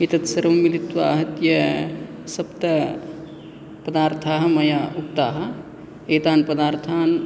एतत् सर्वं मिलित्वा आहत्य सप्त पदार्थाः मया उक्ताः एतान् पदार्थान्